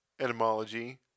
etymology